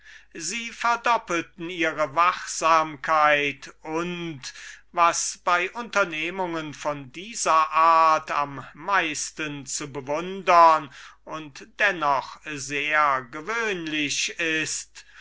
sie verdoppelten ihre wachsamkeit und was bei unternehmungen von dieser art am meisten zu bewundern und dennoch sehr gewöhnlich ist